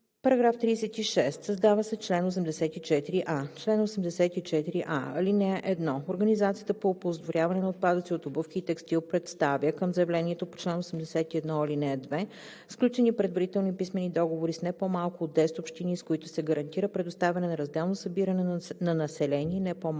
§ 36: „§ 36. Създава се чл. 84а: „Чл. 84а. (1) Организацията по оползотворяване на отпадъци от обувки и текстил представя към заявлението по чл. 81, ал. 2 сключени предварителни писмени договори с не по-малко от 10 общини, с които се гарантира предоставяне на разделно събиране на население, не по-малко